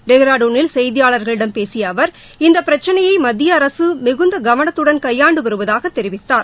டேராடுனில் செய்தியாளர்களிடம் பேசிய அவர் இந்த பிரச்சினையை மத்திய அரசு மிகுந்த கவனத்துடன் கையாண்டு வருவதாக தெரிவித்தார்